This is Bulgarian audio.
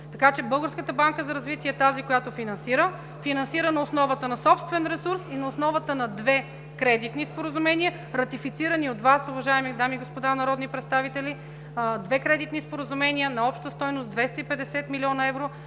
банка за развитие е тази, която финансира – финансира на основата на собствен ресурс и на основата на две кредитни споразумения, ратифицирани от Вас, уважаеми дами и господа народни представители, две кредитни споразумения на обща стойност 250 млн. евро,